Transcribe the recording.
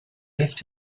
left